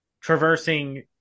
traversing